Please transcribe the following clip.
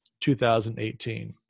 2018